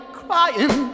crying